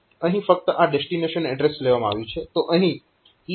અહીં ફક્ત આ ડેસ્ટીનેશન એડ્રેસ લેવામાં આવ્યું છે